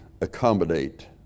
accommodate